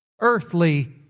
Earthly